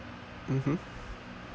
mmhmm